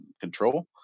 control